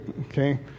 okay